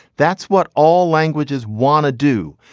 that's what all languages wanna do.